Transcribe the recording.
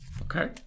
Okay